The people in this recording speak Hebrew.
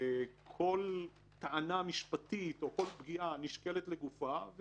כל טענה משפטית או כל פגיעה נשקלת לגופה.